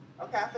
Okay